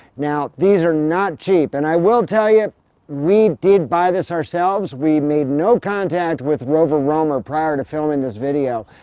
now these are not cheap, and i will tell you we did buy this ourselves. we made no contact with rover roamer prior to filming this video.